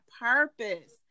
purpose